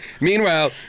Meanwhile